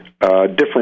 different